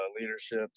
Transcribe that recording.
leadership